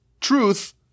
truth